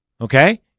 Okay